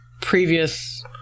previous